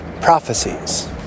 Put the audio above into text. prophecies